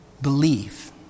believe